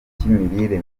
cy’imirire